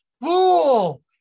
fool